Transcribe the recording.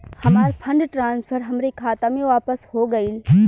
हमार fund transfer हमरे खाता मे वापस हो गईल